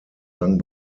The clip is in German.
sang